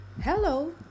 Hello